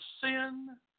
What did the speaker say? sin